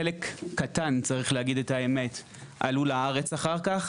חלק קטן צריך להגיד את האמת עלו לארץ אחר כך,